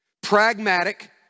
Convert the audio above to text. pragmatic